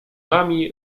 nami